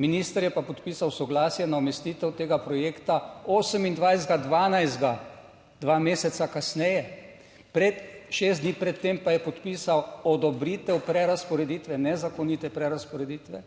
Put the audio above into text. minister je pa podpisal soglasje na umestitev tega projekta 28. 12., dva meseca kasneje, pred, šest dni pred tem pa je podpisal odobritev prerazporeditve, nezakonite prerazporeditve,